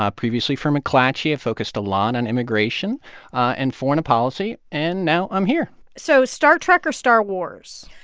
ah previously for mcclatchy. i focused a lot on immigration and foreign policy. and now i'm here so star trek or star wars?